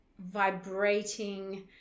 vibrating